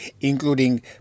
including